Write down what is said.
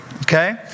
okay